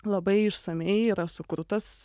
labai išsamiai yra sukurtas